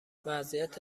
وضعیت